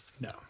no